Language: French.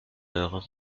heure